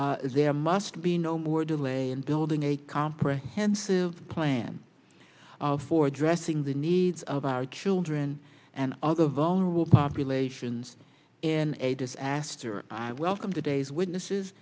is there must be no more delay in building a comprehensive plan for addressing the needs of our children and other vulnerable populations in a disaster i welcome today's witnesses